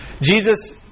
Jesus